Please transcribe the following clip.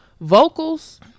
Vocals